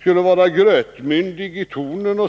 skulle jag vidare vara grötmyndig i tonen.